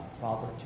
Father